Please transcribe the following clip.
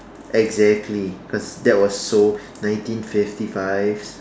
exactly cause that was so nineteen fifty five